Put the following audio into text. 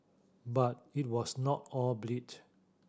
but it was not all bleat